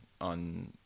on